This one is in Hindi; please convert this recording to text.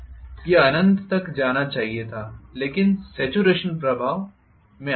यह अनंत तक जाना चाहिए था लेकिन सॅचुरेशन प्रभाव में आता है